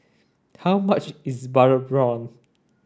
how much is butter prawn